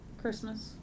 Christmas